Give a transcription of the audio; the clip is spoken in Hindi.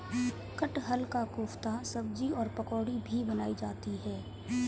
कटहल का कोफ्ता सब्जी और पकौड़ी भी बनाई जाती है